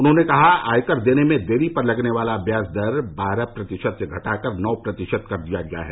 उन्होंने कहा कि आयकर देने में देरी पर लगने वाला व्याज दर बारह प्रतिशत से घटाकर नौ प्रतिशत कर दिया गया है